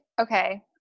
Okay